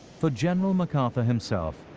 for general macarthur himself,